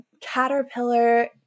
caterpillar